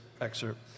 excerpt